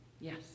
Yes